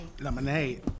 Lemonade